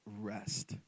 rest